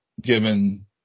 given